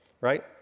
right